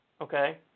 okay